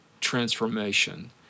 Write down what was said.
transformation